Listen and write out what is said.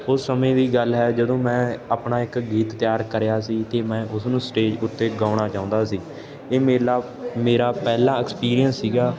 ਉਸ ਸਮੇਂ ਦੀ ਗੱਲ ਹੈ ਜਦੋਂ ਮੈਂ ਆਪਣਾ ਇੱਕ ਗੀਤ ਤਿਆਰ ਕਰਿਆ ਸੀ ਅਤੇ ਮੈਂ ਉਸ ਨੂੰ ਸਟੇਜ ਉੱਤੇ ਗਾਉਣਾ ਚਾਹੁੰਦਾ ਸੀ ਇਹ ਮੇਲਾ ਮੇਰਾ ਪਹਿਲਾ ਐਕਸਪੀਰੀਅੰਸ ਸੀਗਾ